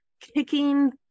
kicking